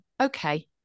okay